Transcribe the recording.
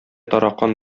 таракан